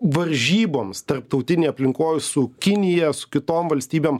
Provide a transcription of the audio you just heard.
varžyboms tarptautinėj aplinkoj su kinija su kitom valstybėm